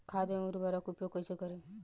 खाद व उर्वरक के उपयोग कइसे करी?